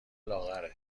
لاغره